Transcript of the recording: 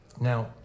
Now